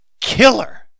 killer